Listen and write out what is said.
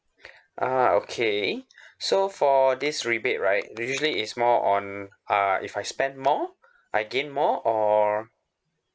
uh okay so for this rebate right usually is more on uh if I spend more I gain more or